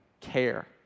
care